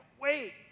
wait